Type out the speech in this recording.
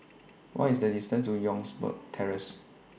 What IS The distance to Youngberg Terrace